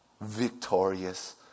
victorious